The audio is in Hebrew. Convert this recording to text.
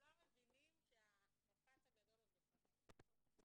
וכולם מבינים שהמפץ הגדול עוד לפנינו,